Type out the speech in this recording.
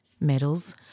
medals